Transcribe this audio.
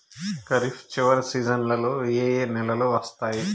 ఖరీఫ్ చివరి సీజన్లలో ఏ ఏ నెలలు వస్తాయి